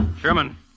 Sherman